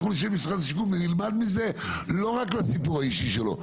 אנחנו נשב עם משרד השיכון ונלמד מזה לא רק לסיפור האישי שלו,